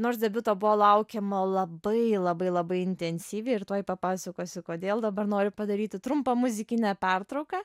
nors debiuto buvo laukiama labai labai labai intensyviai ir tuoj papasakosiu kodėl dabar noriu padaryti trumpą muzikinę pertrauką